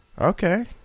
Okay